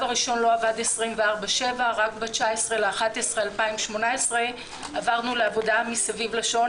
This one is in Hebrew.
הראשון לא עבד 24/7. רק ב-19 בנובמבר 2018 עברנו לעבודה מסביב לשעון,